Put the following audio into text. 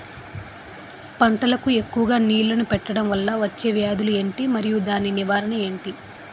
పంటలకు ఎక్కువుగా నీళ్లను పెట్టడం వలన వచ్చే వ్యాధులు ఏంటి? మరియు దాని నివారణ ఏంటి?